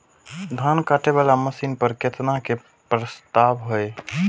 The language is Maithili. धान काटे वाला मशीन पर केतना के प्रस्ताव हय?